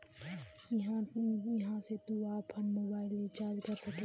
हिया से तू आफन मोबाइल रीचार्ज कर सकेला